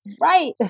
right